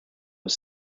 was